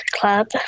club